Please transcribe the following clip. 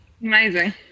Amazing